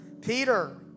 Peter